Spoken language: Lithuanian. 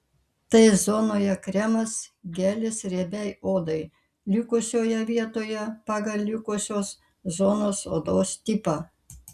t zonoje kremas gelis riebiai odai likusioje vietoje pagal likusios zonos odos tipą